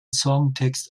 songtext